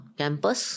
campus